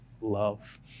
love